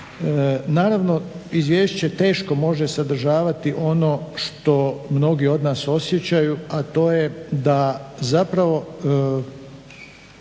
Naravno, izvješće teško može sadržavati ono što mnogi od nas osjećaju, a to je da zapravo